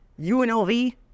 UNLV